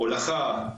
הולכה,